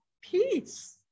peace